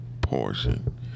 Portion